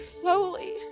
Slowly